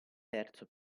terzo